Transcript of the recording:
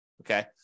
Okay